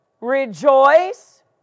rejoice